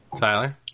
Tyler